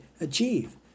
achieve